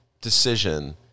decision